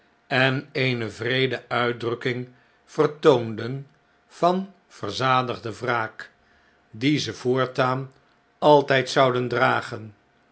en eene wreede uitdrukking vertoonden van verzadigde wraak nog meer beeiwerk die ze voortaan altgd zouden dragen